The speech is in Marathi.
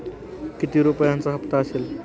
किती रुपयांचा हप्ता असेल?